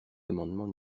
amendement